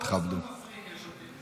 הם כל הזמן מפריעים, יש עתיד.